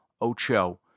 Ocho